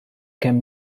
kemm